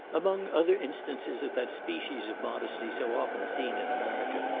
among other instances of that species of modesty so often seen in america,